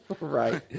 Right